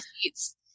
seats